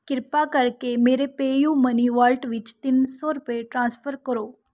ਕਿਰਪਾ ਕਰਕੇ ਮੇਰੇ ਪੇਅਯੂਮਨੀ ਵਾਲਟ ਵਿੱਚ ਤਿੰਨ ਸੌ ਰੁਪਏ ਟ੍ਰਾਂਸਫਰ ਕਰੋ